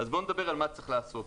בואו נדבר על מה שצריך לעשות.